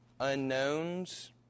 unknowns